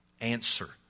Answer